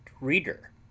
READER